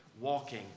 walking